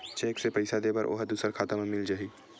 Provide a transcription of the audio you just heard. Cheque से पईसा दे बर ओहा दुसर खाता म मिल जाही?